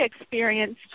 experienced